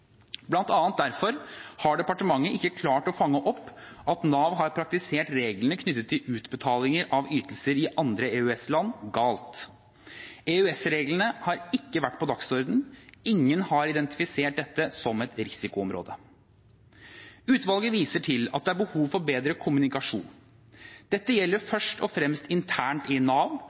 derfor har departementet ikke klart å fange opp at Nav har praktisert reglene knyttet til utbetalinger av ytelser i andre EØS-land galt. EØS-reglene har ikke vært på dagsordenen – ingen har identifisert dette som et risikoområde. Utvalget viser til at det er behov for bedre kommunikasjon. Dette gjelder først og fremst internt i Nav,